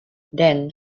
then